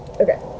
Okay